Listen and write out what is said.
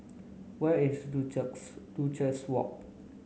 where is Duchess Walk